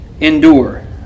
endure